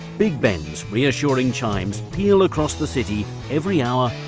big ben's reassuring chimes peal across the city every hour,